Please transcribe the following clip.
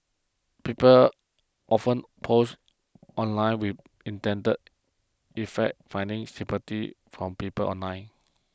people often post online with the intended effect of finding sympathy from people online